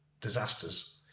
disasters